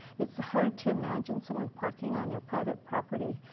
it's hard to imagine someone parking on your private property.